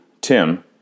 Tim